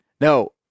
no